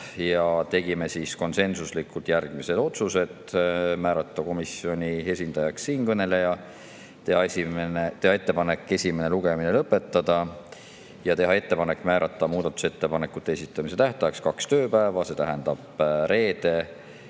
Ja tegime järgmised konsensuslikud otsused: määrata komisjoni esindajaks siinkõneleja, teha ettepanek esimene lugemine lõpetada ja teha ettepanek määrata muudatusettepanekute esitamise tähtajaks kaks tööpäeva, see tähendab reede,